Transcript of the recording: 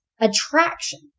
attraction